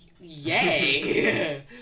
yay